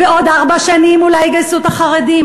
בעוד ארבע שנים אולי יגייסו את החרדים,